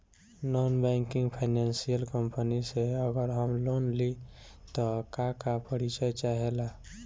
Non banking financial company से अगर हम लोन लि त का का परिचय चाहे ला?